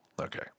Okay